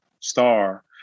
star